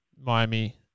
Miami